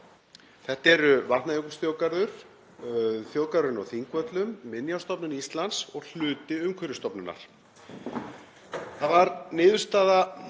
Þetta eru Vatnajökulsþjóðgarður, þjóðgarðurinn á Þingvöllum, Minjastofnun Íslands og hluti Umhverfisstofnunar. Það var niðurstaða